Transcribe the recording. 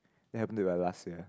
that happen to the last year